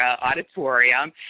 Auditorium